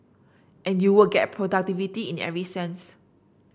and you would get productivity in every sense